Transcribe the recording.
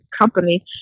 company